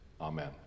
Amen